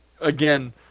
again